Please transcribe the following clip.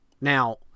Now